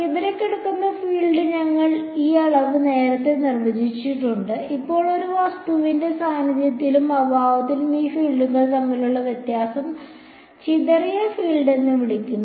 ചിതറിക്കിടക്കുന്ന ഫീൽഡ് ഞങ്ങൾ ഈ അളവ് നേരത്തെ നിർവചിച്ചിട്ടുണ്ട് അപ്പോൾ ഒരു വസ്തുവിന്റെ സാന്നിധ്യത്തിലും അഭാവത്തിലും ഉള്ള ഫീൽഡുകൾ തമ്മിലുള്ള വ്യത്യാസത്തെ ചിതറിയ ഫീൽഡ് എന്ന് വിളിക്കുന്നു